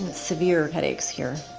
severe headaches here.